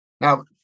Now